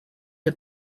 que